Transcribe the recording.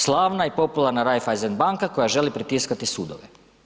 Slavna i popularna Raiffeisen banka koja želi pritiskati sudove.